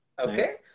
Okay